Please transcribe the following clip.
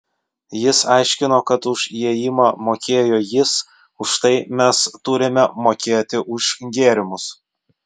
jis aiškino kad už įėjimą mokėjo jis už tai mes turime mokėti už gėrimus